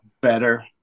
better